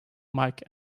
mike